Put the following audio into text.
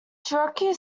cherokee